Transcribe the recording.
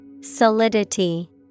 Solidity